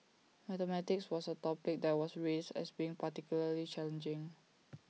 mathematics was A topic that was raised as being particularly challenging